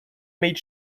made